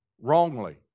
wrongly